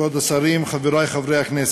כבוד השרים, חברי חברי הכנסת,